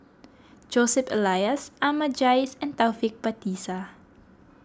Joseph Elias Ahmad Jais and Taufik Batisah